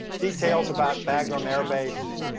details about bagram air base,